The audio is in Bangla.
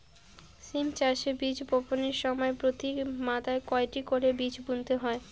সিম চাষে বীজ বপনের সময় প্রতি মাদায় কয়টি করে বীজ বুনতে হয়?